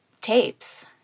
tapes